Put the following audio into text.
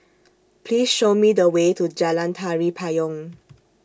Please Show Me The Way to Jalan Tari Payong